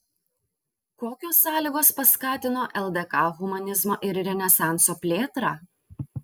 kokios sąlygos paskatino ldk humanizmo ir renesanso plėtrą